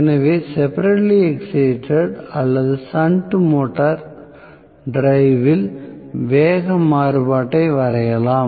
எனவே separately excited அல்லது shunt motor டிரைவில் வேக மாறுபாட்டை வரையலாம்